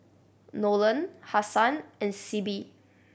Nolen Hassan and Sibbie